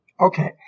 Okay